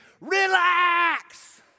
relax